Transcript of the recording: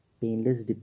painless